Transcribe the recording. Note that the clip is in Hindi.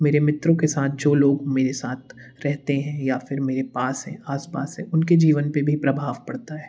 मेरे मित्रों के साथ जो लोग मेरे साथ रहते हैं या फिर मेरे पास हैं आस पास है उनके जीवन पर भी प्रभाव पड़ता है